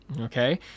Okay